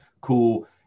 cool